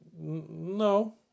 No